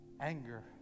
anger